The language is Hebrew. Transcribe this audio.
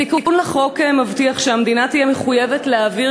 התיקון לחוק מבטיח שהמדינה תהיה מחויבת להעביר